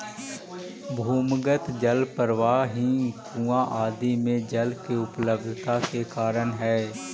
भूमिगत जल प्रवाह ही कुआँ आदि में जल के उपलब्धता के कारण हई